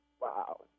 Wow